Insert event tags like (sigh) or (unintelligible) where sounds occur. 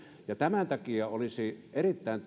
tämän takia olisi erittäin (unintelligible)